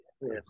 yes